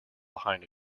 behind